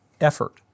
effort